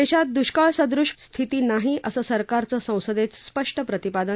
देशात दुष्काळ सदृश स्थिती नाही असं सरकारचं संसदेत स्पष्ट प्रतिपादन